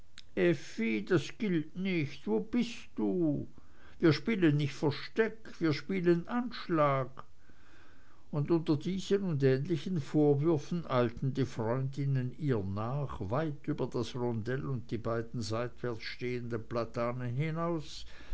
das gilt nicht wo bist du wir spielen nicht versteck wir spielen anschlag und unter diesen und ähnlichen vorwürfen eilten die freundinnen ihr nach weit über das rondell und die beiden seitwärts stehenden platanen hinaus